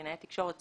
קלינאי תקשורת,